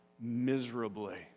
miserably